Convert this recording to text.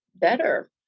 better